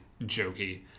jokey